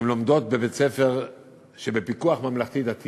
שלומדות בבית-ספר שבפיקוח ממלכתי-דתי